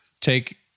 take